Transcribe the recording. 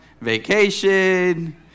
vacation